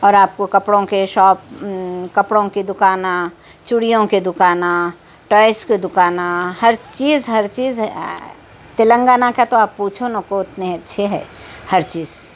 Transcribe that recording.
اور آپ کو کپڑوں کے شاپ کپڑوں کے دکانیں چوڑیوں کے دکانیں ٹوائز کے دکانیں ہر چیز ہر چیز تلنگانہ کا تو آپ پوچھو کتنے اچھے ہے ہر چیز